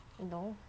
no